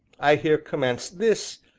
i here commence this,